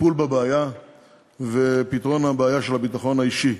טיפול בבעיה ופתרון הבעיה של הביטחון האישי.